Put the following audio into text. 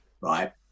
right